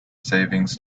savings